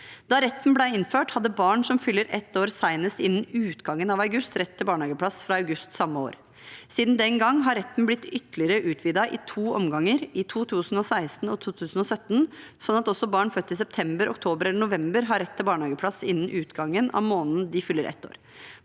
Da retten ble innført, hadde barn som fyller ett år senest innen utgangen av august, rett til barnehageplass fra august samme år. Siden den gang har retten blitt ytterligere utvidet i to omganger, i 2016 og i 2017, slik at også barn født i september, oktober eller november har rett til barnehageplass innen utgangen av måneden de fyller ett år.